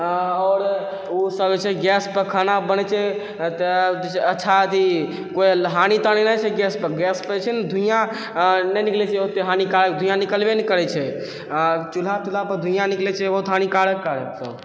आओर उ सब जे छै गैसपर खाना बनै छै तऽ अच्छा अथी कोइ हानि तानि नहि छै गैसपर गैसपर जे छै ने धुइयाँ नहि निकलै छै ओते हानिकारक धुइआँ निकलबे ने करै छै आओर चूल्हा तुलहापरऽ धुइयाँ निकलै छै बहुत हानिकारक सब